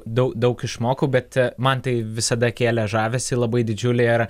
daug daug išmokau bet man tai visada kėlė žavesį labai didžiulį ir